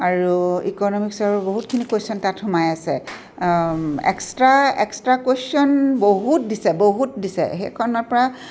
আৰু ইক'নমিকছৰো বহুতখিনি কুৱেশ্যন তাত সোমাই আছে এক্সট্ৰা এক্সট্ৰা কুৱেশ্যন বহুত দিছে বহুত দিছে সেইখনৰ পৰা